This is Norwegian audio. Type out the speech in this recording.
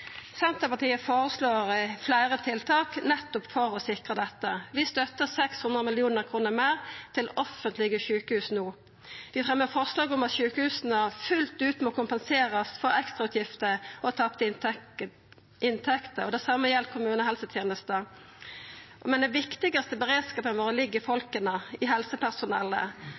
Senterpartiet føreslår fleire tiltak nettopp for å sikra dette. Vi støttar 600 mill. kr meir til offentlege sjukehus no. Vi fremjar forslag om at sjukehusa fullt ut må kompenserast for ekstrautgifter og tapte inntekter. Det same gjeld kommunehelsetenesta. Den viktigaste beredskapen vår ligg i folka, i